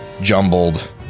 jumbled